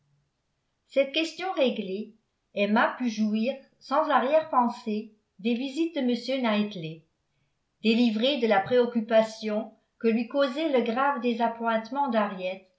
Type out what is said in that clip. cette question réglée emma put jouir sans arrière pensée des visites de m knightley délivrée de la préoccupation que lui causait le grave